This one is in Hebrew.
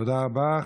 תודה רבה.